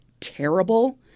terrible